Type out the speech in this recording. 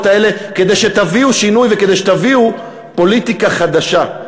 האלה כדי שתביאו שינוי וכדי שתביאו פוליטיקה חדשה,